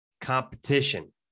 competition